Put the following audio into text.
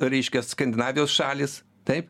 reiškias skandinavijos šalys taip